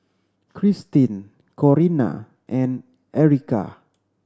Krystin Corinna and Erykah